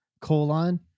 colon